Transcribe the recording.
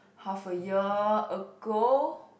half a year ago